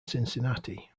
cincinnati